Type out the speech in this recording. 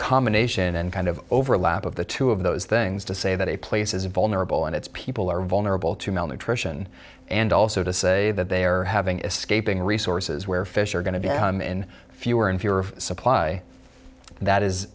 combination then kind of overlap of the two of those things to say that a place is vulnerable and its people are vulnerable to malnutrition and also to say that they are having escaping the resources where fish are going to be in fewer and fewer supply that is